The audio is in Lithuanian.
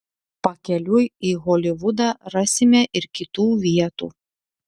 pakeliui į holivudą rasime ir kitų vietų